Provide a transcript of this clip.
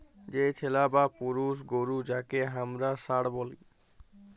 যে ছেলা বা পুরুষ গরু যাঁকে হামরা ষাঁড় ব্যলি